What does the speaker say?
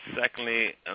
secondly